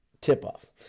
tip-off